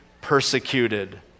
persecuted